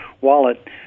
wallet